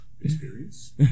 Experience